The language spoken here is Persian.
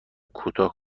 کوتاه